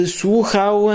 słuchał